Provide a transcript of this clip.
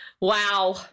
Wow